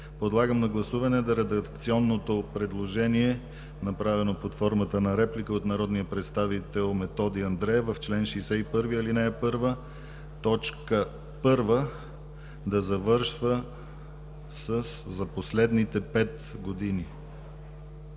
Подлагам на гласуване редакционното предложение, направено под формата на реплика, от народния представител Методи Андреев – в чл. 61, ал. 1, т. 1 да завършва със „за последните пет години”